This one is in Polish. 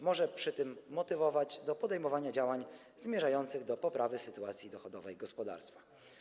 Może przy tym motywować do podejmowania działań zmierzających do poprawy sytuacji dochodowej gospodarstwa.